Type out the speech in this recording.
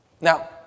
Now